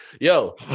Yo